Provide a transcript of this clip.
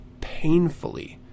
painfully